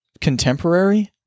contemporary